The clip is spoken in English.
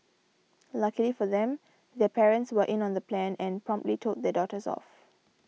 luckily for them their parents were in on the plan and promptly told their daughters off